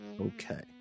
Okay